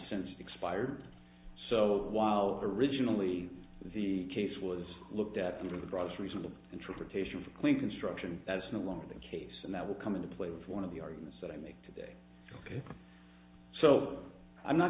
since expired so while originally the case was looked at in the broadest reasonable interpretation of a clean construction that's no longer the case and that will come into play with one of the arguments that i make today ok so i'm not